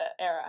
era